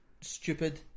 stupid